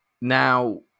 now